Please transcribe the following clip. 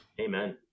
Amen